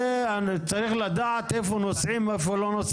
צריך לדעת איפה אפשר לנסוע ואיפה לא.